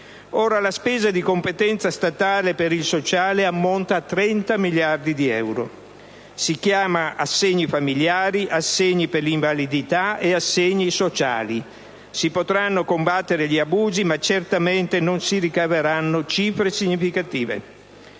Ora, la spesa di competenza statale per il sociale ammonta a 30 miliardi di euro, e si chiama assegni familiari, assegni per l'invalidità e assegni sociali. Si potranno combattere gli abusi, ma certamente non si ricaveranno cifre significative.